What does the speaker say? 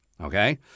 okay